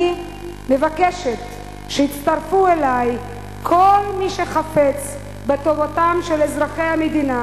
אני מבקשת שיצטרפו אלי כל מי שחפצים בטובתם של אזרחי המדינה,